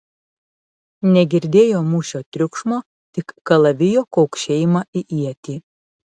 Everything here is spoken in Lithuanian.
negirdėjo mūšio triukšmo tik kalavijo kaukšėjimą į ietį